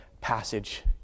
passage